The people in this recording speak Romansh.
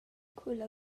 culla